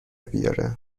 بیاره